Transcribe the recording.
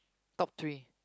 top three